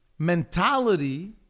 mentality